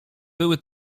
były